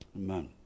Amen